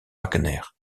wagner